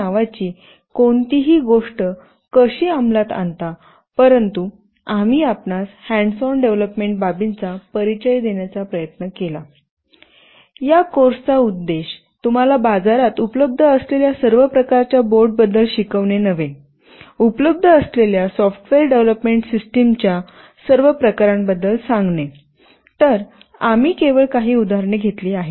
नावाची कोणतीही गोष्ट कशी अंमलात आणता परंतु आम्ही आपणास हँड्स ऑन डेव्हलपमेंट बाबींचा परिचय देण्याचा प्रयत्न केला या कोर्सचा उद्देश तुम्हाला बाजारात उपलब्ध असलेल्या सर्व प्रकारच्या बोर्ड बद्दल शिकवणे नव्हे उपलब्ध असलेल्या सॉफ्टवेअर डेव्हलपमेंट सिस्टम च्या सर्व प्रकारांबद्दल सांगणे तर आम्ही केवळ काही उदाहरणे घेतली आहेत